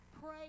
Pray